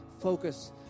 focus